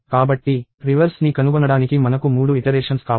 కాబట్టి రివర్స్ని కనుగొనడానికి మనకు మూడు ఇటరేషన్స్ కావాలి